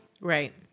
right